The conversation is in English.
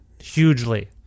hugely